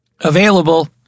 Available